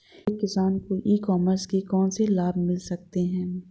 एक किसान को ई कॉमर्स के कौनसे लाभ मिल सकते हैं?